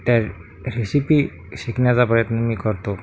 युट्युबवरचे काही व्हिडीओ पाहतो आणि त्या रेसिपी शिकण्याचा प्रयत्न मी करतो